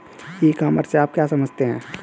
ई commerce से आप क्या समझते हैं?